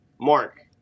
Mark